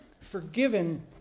forgiven